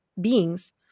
beings